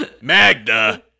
Magda